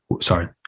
sorry